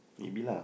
maybe lah